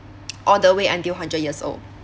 all the way until hundred years old